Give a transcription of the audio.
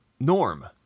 Norm